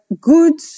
good